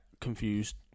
confused